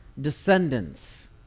descendants